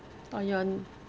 or your n~